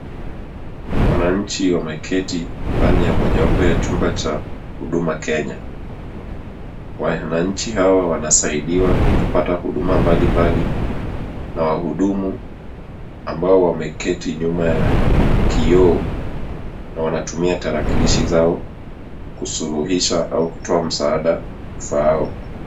Wananchi wameketi ndani ya mojawapo ya chumba cha huduma Kenya. Wananchi hawa wanasaidiwa kupata huduma mbalimbali, na wahudumu ambao wameketi nyuma ya kioo na wanatumia tarakilishi zao kusuluhisha au kutoa msaada ufaao.